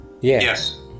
Yes